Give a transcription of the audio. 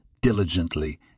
diligently